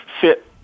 fit